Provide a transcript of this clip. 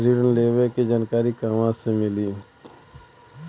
ऋण लेवे के जानकारी कहवा से मिली?